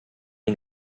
den